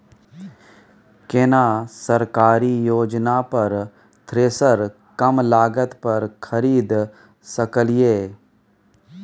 केना सरकारी योजना पर थ्रेसर कम लागत पर खरीद सकलिए?